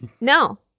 No